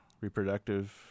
reproductive